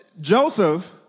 Joseph